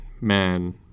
man